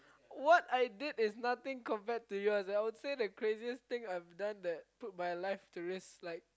what I did is nothing compared to you as I would say the craziest thing I've done that put my life to risk like